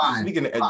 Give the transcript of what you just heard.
speaking